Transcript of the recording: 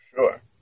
Sure